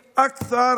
הזו.